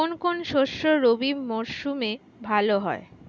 কোন কোন শস্য রবি মরশুমে ভালো হয়?